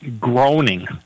groaning